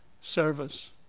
service